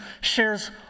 shares